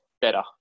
better